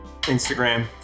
Instagram